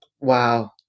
Wow